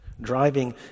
driving